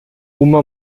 uma